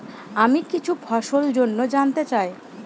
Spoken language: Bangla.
আমি কিছু ফসল জন্য জানতে চাই